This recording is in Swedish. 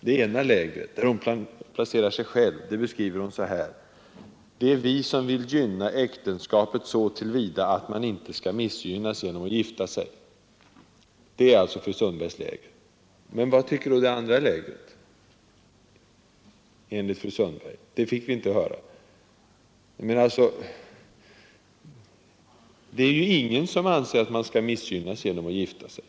Det ena lägret, där hon placerar sig själv, beskriver hon så här: Det är vi som vill gynna äktenskapet så till vida att man inte skall missgynnas genom att gifta sig. Detta är således fru Sundbergs läger. Men vad tycker då det andra lägret enligt fru Sundberg? Det fick vi inte höra, Det är ju ingen som anser att man skall missgynnas genom att gifta sig.